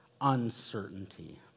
uncertainty